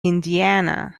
indiana